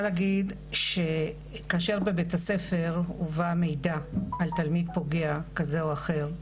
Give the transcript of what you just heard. להגיד שכאשר בבית ספר מובא מידע על תלמיד פוגע כזה או אחר,